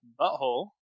butthole